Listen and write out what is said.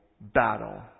battle